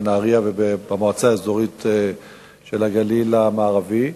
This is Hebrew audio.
בנהרייה ובאזור הגליל המערבי.